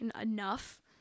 enough